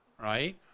right